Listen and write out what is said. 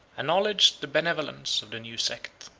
acknowledged the benevolence, of the new sect.